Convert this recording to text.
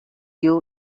you